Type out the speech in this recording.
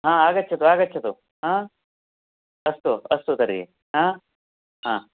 आ आगच्छतु आगच्छतु आ अस्तु अस्तु तर्हि हा हा